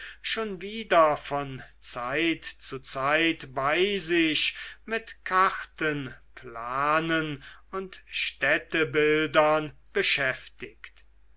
schon wieder von zeit zu zeit bei sich mit karten planen und städtebildern beschäftigt